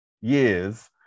years